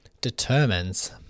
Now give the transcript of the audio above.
determines